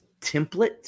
template